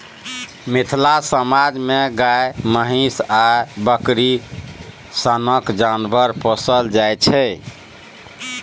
मिथिला समाज मे गाए, महीष आ बकरी सनक जानबर पोसल जाइ छै